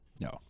No